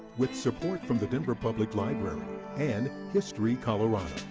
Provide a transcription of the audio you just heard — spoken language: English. with support from the denver public library and history colorado.